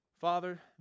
Father